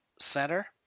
center